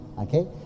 Okay